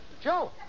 Joe